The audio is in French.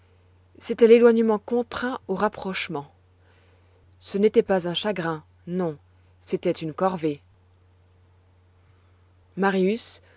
c'était l'éloignement contraint au rapprochement ce n'était pas un chagrin non c'était une corvée marius